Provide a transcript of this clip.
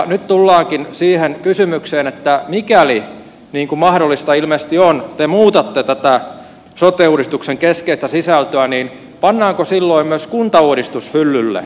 nyt tullaakin siihen kysymykseen että mikäli niin kuin mahdollista ilmeisesti on te muutatte tätä sote uudistuksen keskeistä sisältöä pannaanko silloin myös kuntauudistus hyllylle